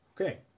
Okay